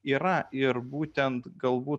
yra ir būtent galbūt